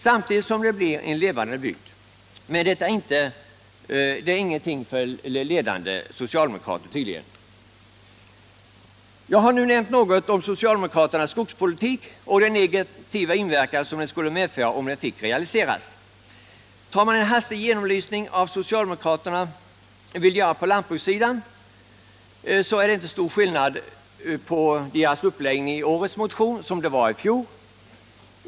Samtidigt som det blir en levande bygd. Men det är inget för ledande socialdemokrater. Jag har nu nämnt något om socialdemokraternas skogspolitik och den negativa inverkan den skulle få om den fick realiseras. Tar man så en hastig genomlysning av vad socialdemokraterna vill göra på den andra delen av lantbrukssidan — själva jordbruket — så speglar den också en njugghet av samma format som i fjol.